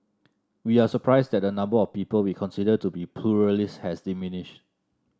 we are surprised that the number of people we consider to be pluralists has diminished